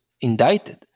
indicted